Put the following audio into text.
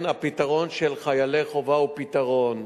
הפתרון של חיילי חובה הוא פתרון.